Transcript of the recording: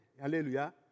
Hallelujah